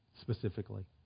specifically